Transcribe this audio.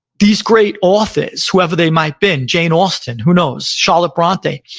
these great authors, whoever they might been, jane austen, who knows? charlotte bronte.